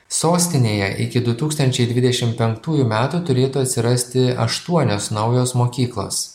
sostinėje iki du tūkstančiai dvidešim penktųjų metų turėtų atsirasti aštuonios naujos mokyklos